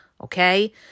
Okay